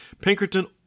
Pinkerton